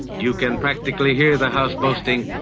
you can practically hear the house boasting,